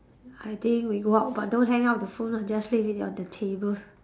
I think we go out but don't hang up the phone ah just leave it on the table